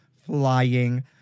Flying